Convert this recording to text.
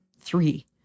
Three